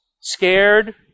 scared